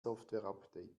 softwareupdate